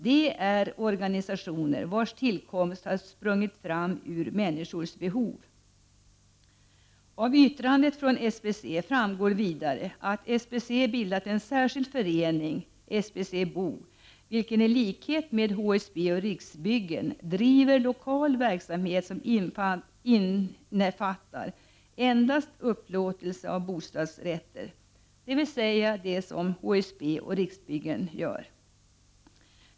Det är organisationer vars tillkomst har sprungit fram ur människors behov.” Av yttrandet framgår även att SBC bildat en särskild förening, SBC BO, vilken i likhet med HSB och Riksbyggen driver lokal verksamhet som endast innefattar upplåtelse av bostadsrätter.